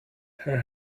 her